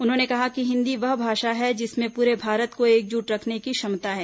उन्होंने कहा कि हिन्दी वह भाषा है जिसमें पूरे भारत को एकजुट रखने की क्षमता है